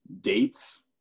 dates